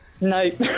No